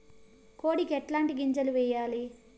కోడికి ఎట్లాంటి గింజలు వేయాలి?